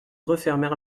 refermèrent